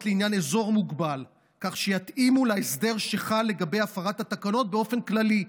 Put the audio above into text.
לעניין אזור מוגבל כך שיתאימו להסדר שחל לגבי הפרת התקנות באופן כללי.